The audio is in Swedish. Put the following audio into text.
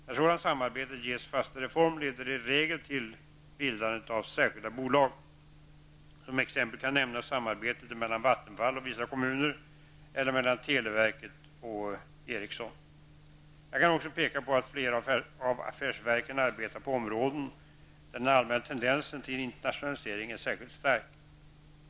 När sådant samarbete ges fastare form leder det i regel till bildandet av särskilda bolag. Som exempel kan nämnas samarbetet mellan Vattenfall och vissa kommuner eller mellan televerket och Ericsson. Jag kan också peka på att flera av affärsverken arbetar på områden där den allmänna tendensen till internationalisering är särskilt stark.